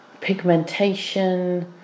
pigmentation